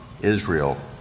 Israel